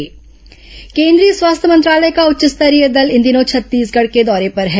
corona समाचार केंद्रीय स्वास्थ्य मंत्रालय का उच्च स्तरीय दल इन दिनों छत्तीसगढ़ के दौरे पर हैं